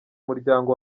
muryango